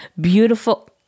beautiful